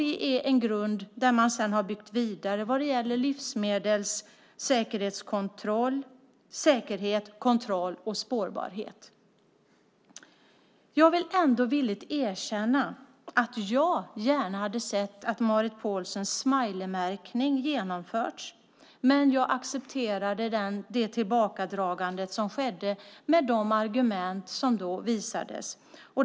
Det är en grund som man sedan har byggt vidare på när det gäller livsmedelssäkerhet, kontroll och spårbarhet. Jag ska villigt erkänna att jag gärna hade sett att Marit Paulsens smileymärkning genomförts, men jag accepterar det tillbakadragande som skedde med de argument som då framfördes.